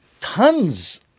tons